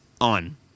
on